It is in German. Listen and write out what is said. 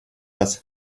das